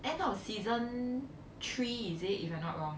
end of season three is it if I not wrong